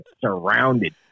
surrounded